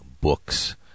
books